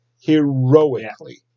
heroically